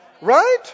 Right